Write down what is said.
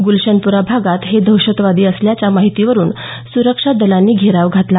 गुलशनपुरा भागात हे दहशतवादी असल्याच्या माहितीवरून सुरक्षा दलांनी घेराव घातला